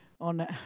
on